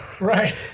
Right